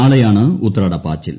നാളെയാണ് ഉത്രാടപ്പാച്ചിൽ